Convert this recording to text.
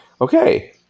Okay